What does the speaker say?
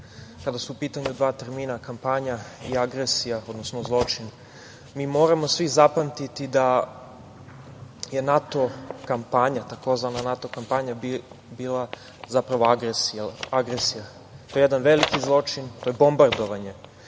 kada su u pitanju dva termina: kampanja i agresija, odnosno zločin. Mi moramo svi zapamtiti da je NATO kampanja, tzv. NATO kampanja bila zapravo agresija. To je jedan veliki zločin. To je bombardovanje.